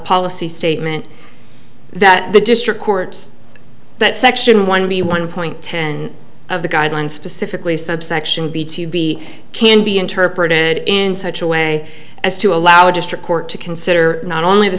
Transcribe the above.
policy statement that the district courts that section one be one point ten of the guidelines specifically subsection b to be can be interpreted in such a way as to allow a district court to consider not only the